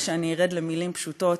אני ארד למילים פשוטות,